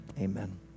Amen